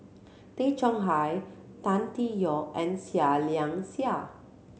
Tay Chong Hai Tan Tee Yoke and Seah Liang Seah